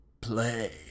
play